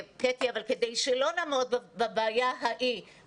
אני יודעת אבל כדי שלא נעמוד בפני בעיה כזאת,